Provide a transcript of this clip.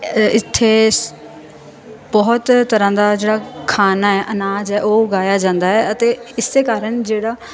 ਇੱਥੇ ਬਹੁਤ ਤਰ੍ਹਾਂ ਦਾ ਜਿਹੜਾ ਖਾਣਾ ਹੈ ਅਨਾਜ ਹੈ ਉਹ ਉਗਾਇਆ ਜਾਂਦਾ ਹੈ ਅਤੇ ਇਸ ਕਾਰਨ ਜਿਹੜਾ